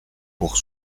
pour